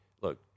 look